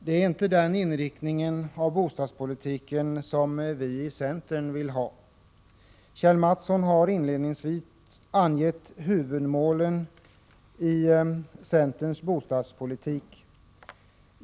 Det är inte den inriktningen av bostadspolitiken som vi i centern vill ha. Kjell Mattsson har inledningsvis angett huvudmålen i centerns bostadspolitik.